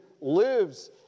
lives